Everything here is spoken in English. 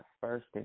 first